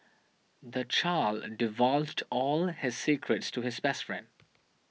the child divulged all his secrets to his best friend